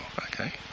Okay